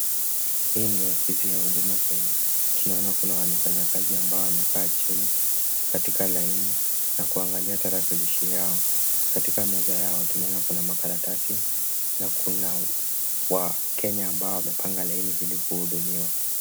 Hii ni ofisi ya huduma Kenya. Tunaona kuna wanafanyakazi ambao wamekaa chini katika laini na kuangalia tarakilishi yao. Katika meza yao tunaona kuna makaratasi na kuna wakenya ambao wamepanga laini ili kuhudumiwa.